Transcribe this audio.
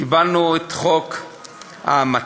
קיבלנו את חוק ההמתה,